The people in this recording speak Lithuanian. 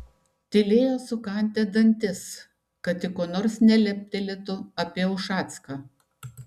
tylėjo sukandę dantis kad tik ko neleptelėtų apie ušacką